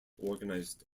organized